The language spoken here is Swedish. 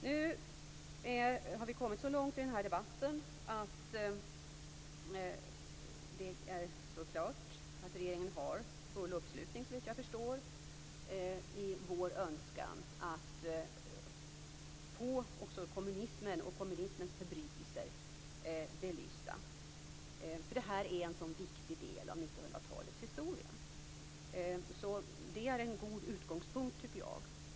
Nu har vi kommit så långt i debatten att det står klart att regeringen har full uppslutning i vår önskan att få kommunismens förbrytelser belysta. Det är en så viktig del av 1900-talets historia. Det är en god utgångspunkt.